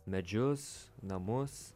medžius namus